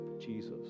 Jesus